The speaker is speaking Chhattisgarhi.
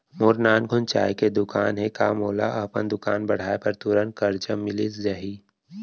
मोर नानकुन चाय के दुकान हे का मोला अपन दुकान बढ़ाये बर तुरंत करजा मिलिस जाही?